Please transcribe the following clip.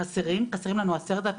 חסרים לנו 10,000,